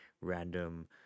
random